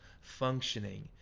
functioning